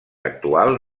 actual